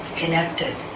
connected